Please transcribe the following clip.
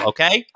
Okay